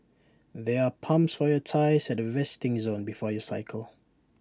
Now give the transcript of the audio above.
there are pumps for your tyres at the resting zone before you cycle